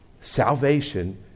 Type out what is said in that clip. salvation